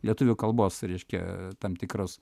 lietuvių kalbos reiškia tam tikros